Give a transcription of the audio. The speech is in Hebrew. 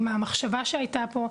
עם המחשבה שהייתה פה.